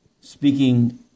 speaking